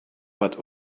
but